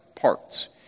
parts